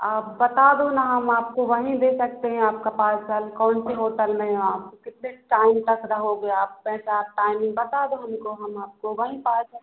आप बता दो ना हम आपको वहीं दे सकते हैं आपका पार्सल कौन सी होटल में हो आप कितने टाइम तक रहोगे आप पैसा टाइमिंग बता दो हमको हम आपको वहीं पार्सल